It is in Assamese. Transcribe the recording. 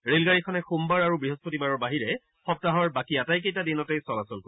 ৰে'লগাডীখনে সোমবাৰ আৰু বৃহস্পতিবাৰৰ বাহিৰে সপ্তাহৰ বাকী আটাইকেইটা দিনতেই চলাচল কৰিব